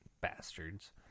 Bastards